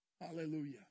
Hallelujah